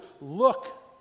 look